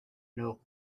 alors